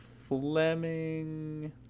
fleming